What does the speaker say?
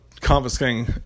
confiscating